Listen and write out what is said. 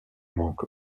manque